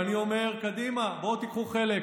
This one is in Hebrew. ואני אומר: קדימה, בואו תיקחו חלק.